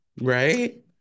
right